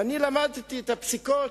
ולמדתי את הפסיקות,